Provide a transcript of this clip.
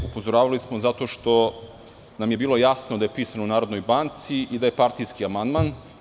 Upozoravali smo zato što nam je bilo jasno da je pisan u Narodnoj banci i da je partijski amandman.